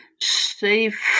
safe